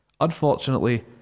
Unfortunately